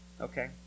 Okay